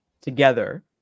together